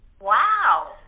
Wow